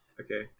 Okay